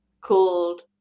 called